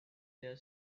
their